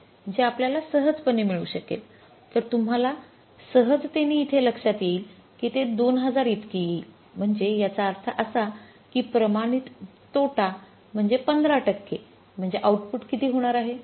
हे आपल्याला सहजपणे मिळू शकेल तर तुम्हाला सहजते इथे लक्ष्यात येईल कि ते २००० इतके येईल म्हणजे याचा अर्थ असा की प्रमाणित तोटा म्हणजे 15 टक्के म्हणजे आउटपुट किती होणार आहे